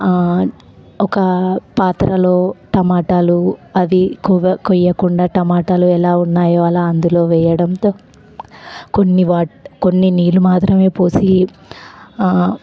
ఒక పాత్రలో టమాటాలు అవి ఎక్కువగా కొయ్యకుండా టమాటాలు ఎలా ఉన్నాయో అలా అందులో వెయ్యడంతో కొన్ని వాట్ కొన్ని నీళ్ళు మాత్రమే పోసి